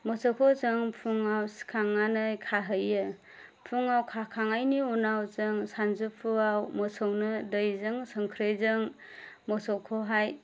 मोसौखौ जों फुङाव सिखांनानै खाहैयो फुङाव खाखांनायनि उनाव जों सानजौफुवाव मोसौनो दैजों संख्रिजों मोसौखौहाय